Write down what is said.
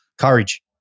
courage